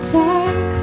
dark